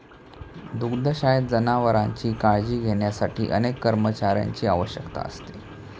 दुग्धशाळेत जनावरांची काळजी घेण्यासाठी अनेक कर्मचाऱ्यांची आवश्यकता असते